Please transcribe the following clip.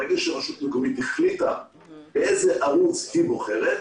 ברגע שרשות מקומית החליטה באיזה ערוץ היא בוחרת,